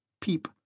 Peep